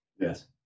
Yes